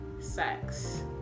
sex